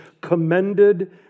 commended